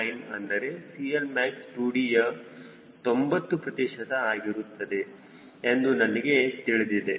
9 ಅಂದರೆ CLmax 2Dಯ 90 ಪ್ರತಿಶತ ಆಗಿರುತ್ತದೆ ಎಂದು ನಮಗೆ ತಿಳಿದಿದೆ